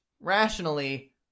rationally